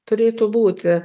turėtų būti